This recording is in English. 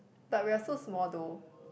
but we're so small though